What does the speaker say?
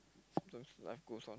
sometimes life goes on